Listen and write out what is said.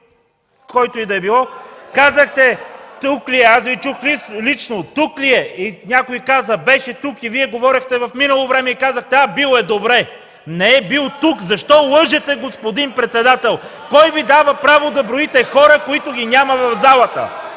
което и да е било, казахте: „Тук ли е?” Аз Ви чух лично: „Тук ли е?”, и някой каза: „Беше тук”, Вие говорехте в минало време и казахте: „А, бил е, добре.” Не е бил тук! Защо лъжете, господин председател? Кой Ви дава право да броите хора, които ги няма в залата?